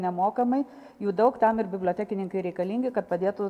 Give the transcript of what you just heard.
nemokamai jų daug tam ir bibliotekininkai reikalingi kad padėtų